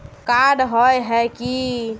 Card होय है की?